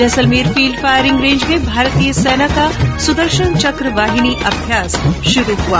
Jaisalmer field firing range में भारतीय सेना का सुदर्शन चक्र वाहिनी अभ्यास शुरू हुआ